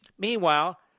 Meanwhile